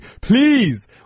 Please